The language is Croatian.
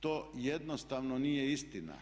To jednostavno nije istina.